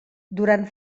durant